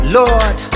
lord